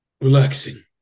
relaxing